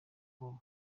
bwoba